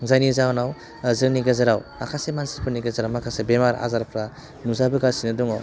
जायनि जाहोनाव जोंनि गेजेराव माखासे मानसिफोरनि गेजेराव माखासे बेमार आजारफ्रा नुजाबोगासिनो दङ